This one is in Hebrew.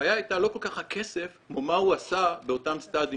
הבעיה הייתה לא כל כך הכסף כמו מה הוא עשה באותם סטאדים.